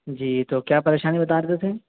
جی تو کیا پریشانی بتا رہے تھے